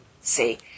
See